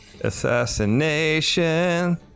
Assassination